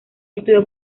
estudió